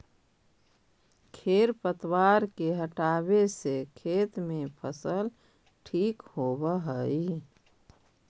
खेर पतवार के हटावे से खेत में फसल ठीक होबऽ हई